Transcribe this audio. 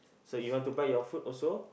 so you want to buy your food also